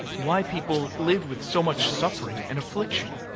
why people live with so much suffering and affliction,